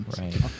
Right